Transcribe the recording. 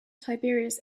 tiberius